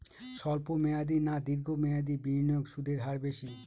স্বল্প মেয়াদী না দীর্ঘ মেয়াদী বিনিয়োগে সুদের হার বেশী?